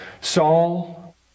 Saul